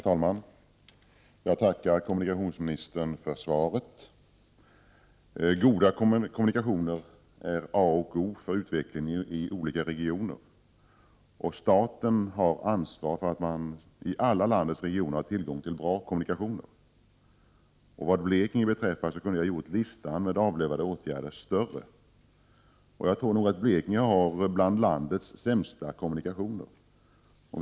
Herr talman! Jag tackar kommunikationsministern för svaret. Goda kommunikationer är A och O för utvecklingen i olika regioner, och staten har ansvar för att man i alla landets regioner har tillgång till bra kommunikationer. Vad Blekinge beträffar kunde jag ha gjort listan med avlövade åtgärder större. Jag tror nog att Blekinge har kommunikationer som är bland landets sämsta.